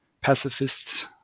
pacifists